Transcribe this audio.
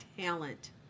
talent